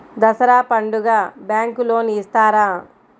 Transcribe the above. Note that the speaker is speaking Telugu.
దసరా పండుగ బ్యాంకు లోన్ ఇస్తారా?